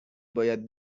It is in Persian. باید